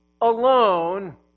alone